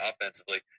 offensively